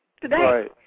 today